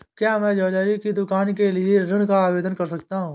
क्या मैं ज्वैलरी की दुकान के लिए ऋण का आवेदन कर सकता हूँ?